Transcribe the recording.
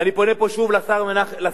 ואני פונה פה שוב לשר בגין: